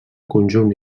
conjunt